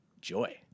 joy